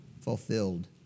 fulfilled